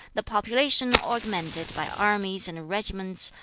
the population augmented by armies and regiments,